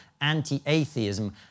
anti-atheism